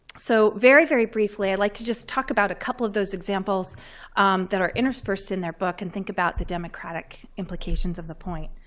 so very, very briefly, i'd like to just talk about a couple of those examples that are interspersed in their book and think about the democratic implications of the point.